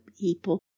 people